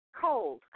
Cold